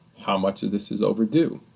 how much of this is overdue.